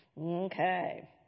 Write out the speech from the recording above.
Okay